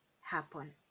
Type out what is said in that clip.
happen